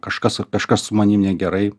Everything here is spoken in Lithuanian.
kažkas kažkas su manim negerai